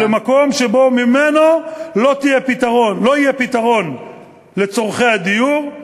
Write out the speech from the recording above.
ומקום שממנו לא יהיה פתרון לצורכי הדיור,